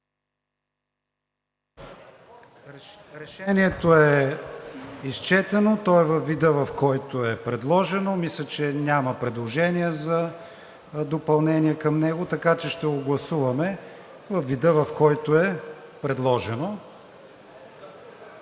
Решението е изчетено. То е във вида, в който е предложено. Мисля, че няма предложения за допълнение към него, така че ще го гласуваме във вида, в който е предложено.